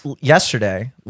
yesterday